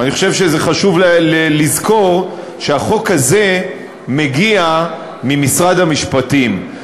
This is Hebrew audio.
ואני חושב שחשוב לזכור שהחוק הזה מגיע ממשרד המשפטים.